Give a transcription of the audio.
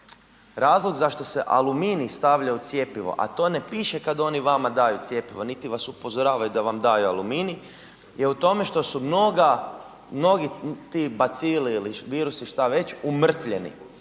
razlog zašto se aluminij stavlja u cjepivo a to ne piše kad oni vama daju cjepivo niti vas upozoravaju da vam daju aluminij je u tome što su mnogi ti bacili ili virusi, šta već, umrtvljeni.